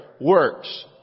works